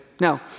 now